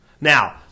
Now